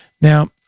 Now